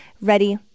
ready